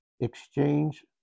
exchange